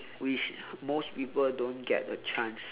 which most people don't get the chance